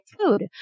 food